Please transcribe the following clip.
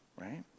right